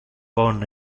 bon